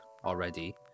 already